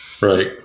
Right